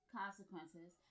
consequences